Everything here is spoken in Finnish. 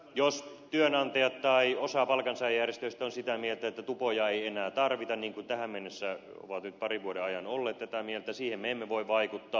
jos työnantajat tai osa palkansaajajärjestöistä ovat sitä mieltä että tupoja ei enää tarvita niin kuin tähän mennessä ovat nyt parin vuoden ajan olleet tätä mieltä siihen me emme voi vaikuttaa